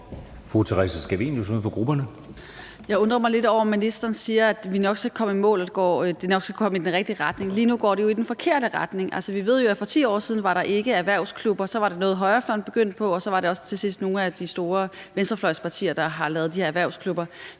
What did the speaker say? Theresa Scavenius (UFG): Jeg undrer mig lidt over, at ministeren siger, at vi nok skal komme i mål, og at det nok skal komme til at gå i den rigtige retning. Lige nu går det jo i den forkerte retning. Altså, vi ved jo, at for 10 år siden var der ikke erhvervsklubber; så var det noget, højrefløjen begyndte på, og så var der også til sidst nogle af de store venstrefløjspartier, der lavede de her erhvervsklubber.